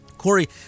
Corey